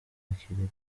yakiriye